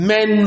Men